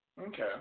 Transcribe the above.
Okay